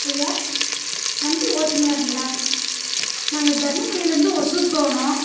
ஐயா வண்டி ஓட்டுநருங்களா நாங்கள் தருமபுரிலேருந்து ஒசூர் போகணும்